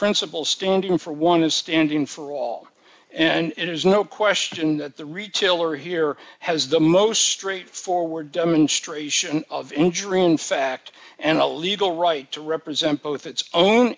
principle standing for one is standing for all and there's no question that the retailer here has the most straightforward demonstration of entry in fact and a legal right to represent both its own